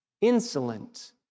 insolent